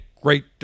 great